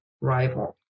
rival